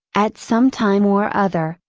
at some time or other,